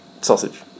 sausage